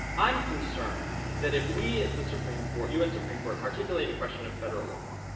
i'm concerned that if we, as the supreme court u s. supreme court articulate a question of federal law,